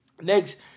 Next